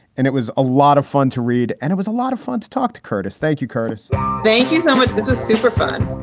and it was a lot of fun to read and it was a lot of fun to talk to curtis. thank you, curtis thank you so much. this is super fun